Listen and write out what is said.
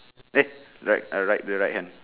eh right right uh right the right hand